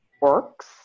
works